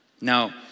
Now